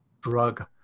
drug